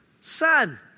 son